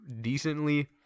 decently